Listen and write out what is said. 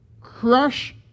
crush